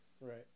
Right